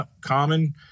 common